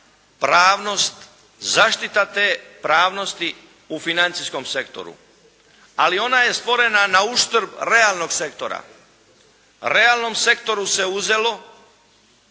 pravnost, zaštita te pravnosti u financijskom sektoru. Ali ona je stvorena na uštrb realnog sektora. Realnom sektoru se uzelo.